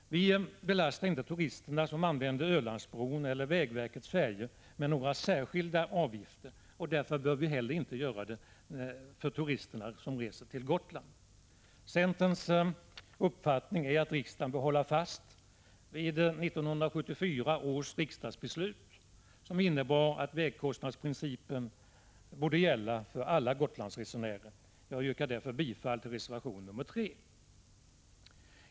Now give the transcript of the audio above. Vi belastar inte de turister som använder Ölandsbron eller vägverkets färjor med några särskilda avgifter, och därför bör vi heller inte göra det när det gäller de turister som reser till Gotland. Centerns uppfattning är att riksdagen bör hålla fast vid 1974 års riksdagsbeslut som innebar att vägkostnadsprincipen borde gälla för alla Gotlandsresenärer. Jag yrkar bifall till reservation nr 3.